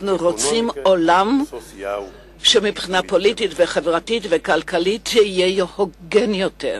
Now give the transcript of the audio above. אנחנו רוצים עולם שמבחינה פוליטית וחברתית וכלכלית יהיה הוגן יותר.